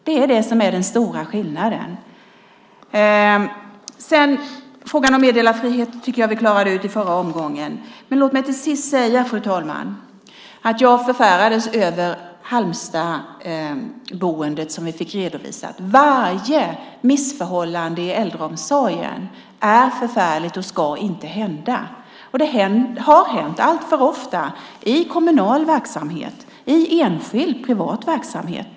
Det är det som är den stora skillnaden mellan er och oss. Frågan om meddelarfrihet tycker jag att vi klarade ut i förra omgången. Låt mig till sist säga, fru talman, att jag förfärades över Halmstadboendet som vi fick redovisat. Varje missförhållande i äldreomsorgen är förfärligt och ska inte hända. Det har hänt alltför ofta, både i kommunal och i enskild privat verksamhet.